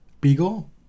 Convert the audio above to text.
Beagle